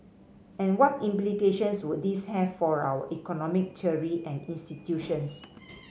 and what implications would this have for our economic theory and institutions